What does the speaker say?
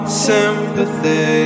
sympathy